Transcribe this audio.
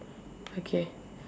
okay